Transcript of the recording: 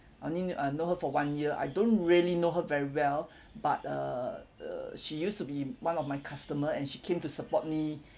only uh know her for one year I don't really know her very well but err uh she used to be one of my customer and she came to support me